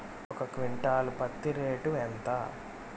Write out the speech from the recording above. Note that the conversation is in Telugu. ఒక క్వింటాలు పత్తి రేటు ఎంత?